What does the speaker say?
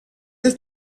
did